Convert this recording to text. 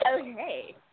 Okay